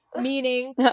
meaning